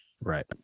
right